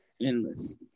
Endless